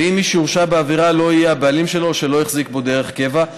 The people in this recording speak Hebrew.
ואם מי שהורשע בעבירה לא היה הבעלים שלו או לא החזיק בו דרך קבע,